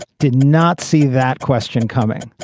did not see that question coming.